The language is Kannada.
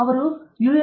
ಅವರು ಯು